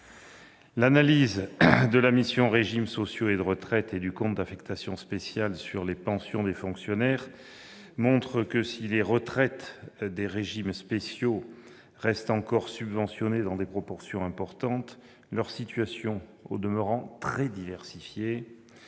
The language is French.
crédits de la mission « Régimes sociaux et de retraite » et du compte d'affectation spéciale relatif aux pensions des fonctionnaires montre que, si les retraites des régimes spéciaux restent encore subventionnées dans des proportions importantes, leurs situations, au demeurant très diversifiées,